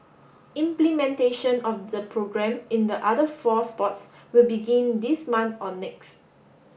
implementation of the programme in the other four sports will begin this month or next